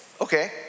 okay